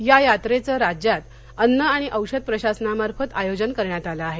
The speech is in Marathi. या यात्रेचे राज्यात अन्न आणि औषध प्रशासनामार्फत आयोजन करण्यात आले आहे